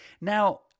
Now